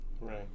right